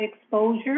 exposure